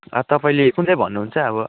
अब तपाईँले कुन चाहिँ भन्नुहुन्छ अब